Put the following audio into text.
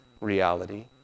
reality